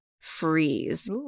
Freeze